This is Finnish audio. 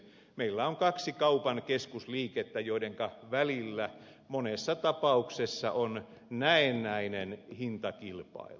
meillä on kaksi kaupan keskusliikettä joidenka välillä monessa tapauksessa on näennäinen hintakilpailu